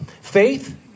Faith